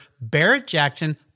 Barrett-Jackson